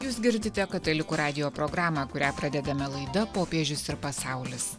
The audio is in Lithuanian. jūs girdite katalikų radijo programą kurią pradedame laida popiežius ir pasaulis